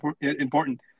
important